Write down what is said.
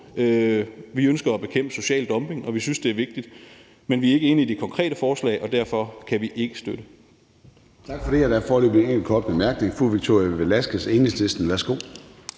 Vi ønsker at bekæmpe social dumping, og vi synes, det er vigtigt. Men vi er ikke enige i det konkrete forslag, og derfor kan vi ikke støtte